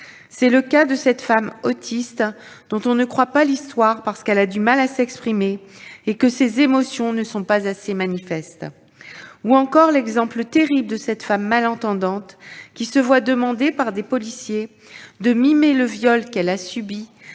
C'est le cas de cette femme autiste dont on ne croit pas l'histoire parce qu'elle a du mal à s'exprimer et que ses émotions ne sont pas assez manifestes. On peut encore citer l'exemple terrible de cette femme malentendante qui se voit demander par des policiers de mimer le viol qu'elle a subi,